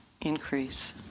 increase